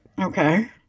Okay